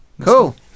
cool